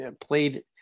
played